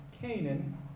Canaan